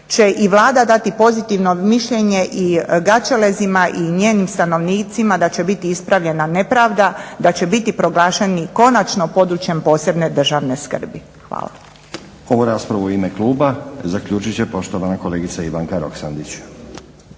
će i Vlada dati pozitivno mišljenje i Gaćelezima i njenim stanovnicima da će biti ispravljena nepravda, da će biti proglašeni konačno područjem posebne državne skrbi. Hvala. **Stazić, Nenad (SDP)** Ovu raspravu u ime kluba zaključit će poštovana kolegica Ivanka Roksandić.